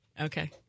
Okay